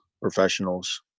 professionals